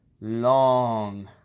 long